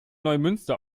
neumünster